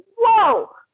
whoa